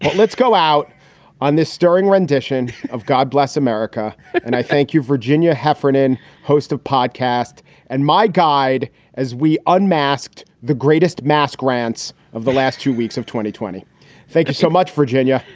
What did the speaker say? but let's go out on this stirring rendition of god bless america. and i thank you, virginia heffernan, host of podcast and my guide as we unmasked the greatest mass grants of the last two weeks of twenty. thank you so much, virginia.